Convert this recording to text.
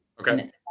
Okay